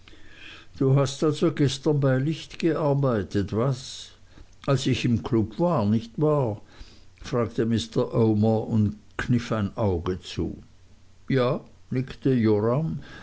du hast also gestern bei licht gearbeitet was als ich im klub war nicht wahr fragte mr omer und kniff ein auge zu ja nickte joram